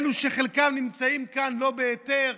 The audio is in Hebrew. אלו שחלקם נמצאים כאן לא בהיתר,